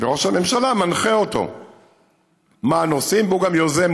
וראש הממשלה מנחה אותו מה הנושאים,